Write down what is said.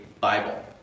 Bible